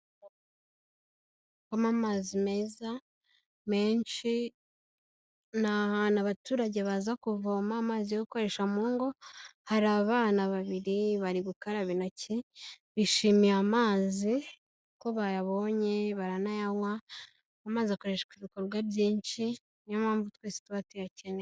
Kunywa amazi meza menshi, ni ahantu abaturage baza kuvoma amazi yo gukoresha mu ngo, hari abana babiri bari gukaraba intoki bishimiye amazi ko bayabonye baranayanywa. Amazi akoreshwa ibikorwa byinshi niyo mpamvu twese tuba tuyakeneye.